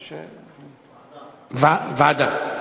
ועדה.